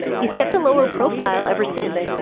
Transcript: he's kept a lower profile ever since.